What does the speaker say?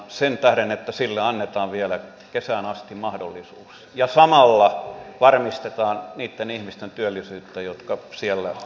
sen tähden että sille annetaan vielä kesään asti mahdollisuus ja samalla varmistetaan niitten ihmisten työllisyyttä jotka siellä ovat